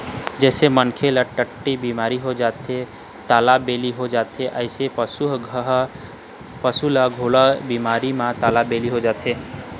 जइसे मनखे ल टट्टी बिमारी हो जाथे त तालाबेली हो जाथे अइसने पशु ह घलोक ए बिमारी म तालाबेली हो जाथे